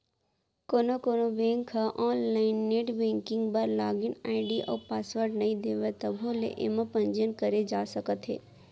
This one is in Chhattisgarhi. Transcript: कोनो कोनो बेंक ह आनलाइन नेट बेंकिंग बर लागिन आईडी अउ पासवर्ड नइ देवय तभो ले एमा पंजीयन करे जा सकत हे